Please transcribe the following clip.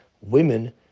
women